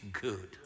good